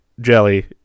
jelly